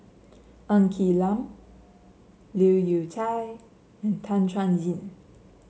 Ng Quee Lam Leu Yew Chye and Tan Chuan Jin